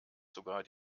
sogar